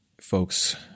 folks